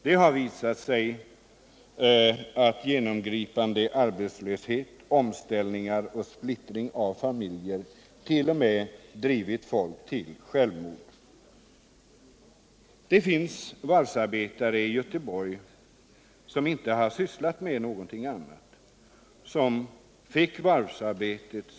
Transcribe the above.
Det har visat sig att genomgripande arbetslöshet, omställningar och splittring av familjer t.o.m. drivit människor till självmord. Det finns varvsarbetare i Göteborg som inte sysslat med någonting annat än just varvsarbete.